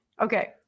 Okay